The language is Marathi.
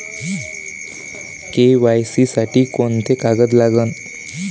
के.वाय.सी साठी कोंते कागद लागन?